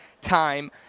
time